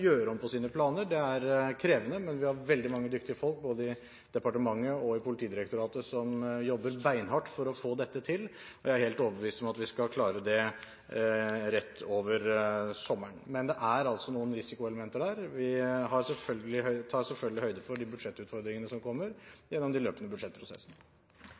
om på sine planer. Det er krevende, men vi har veldig mange dyktige folk både i departementet og i Politidirektoratet som jobber beinhardt for å få dette til, og jeg er helt overbevist om at vi skal klare det rett over sommeren. Men det er altså noen risikomomenter der, og vi tar selvfølgelig høyde for de budsjettutfordringene som kommer gjennom de løpende budsjettprosessene.